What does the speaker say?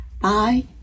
Bye